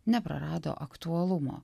neprarado aktualumo